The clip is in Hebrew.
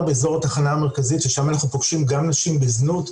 באזור התחנה המרכזית ששם אנחנו פוגשים גם נשים בזנות,